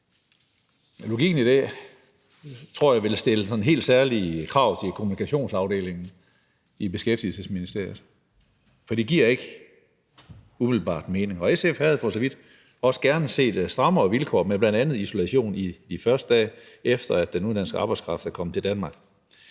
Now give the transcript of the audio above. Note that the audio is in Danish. Logikken i det tror jeg ville stille sådan helt særlige krav til kommunikationsafdelingen i Beskæftigelsesministeriet, for det giver ikke umiddelbart mening. Og SF havde for så vidt også gerne set strammere vilkår med bl.a. isolation i de første dage, efter at den udenlandske arbejdskraft er kommet til Danmark.